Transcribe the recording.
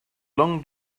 long